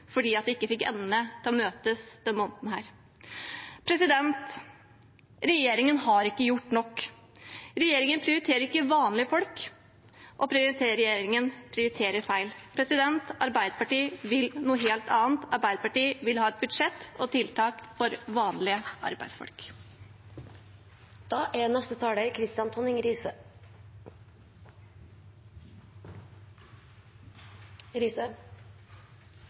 fordi de ikke fikk endene til å møtes denne måneden. Regjeringen har ikke gjort nok. Regjeringen prioriterer ikke vanlige folk, og regjeringen prioriterer feil. Arbeiderpartiet vil noe helt annet. Arbeiderpartiet vil ha et budsjett og tiltak for vanlige arbeidsfolk.